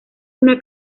una